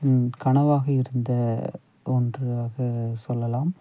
ம் கனவாக இருந்த ஒன்றாக சொல்லலாம்